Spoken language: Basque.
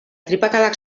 tripakadak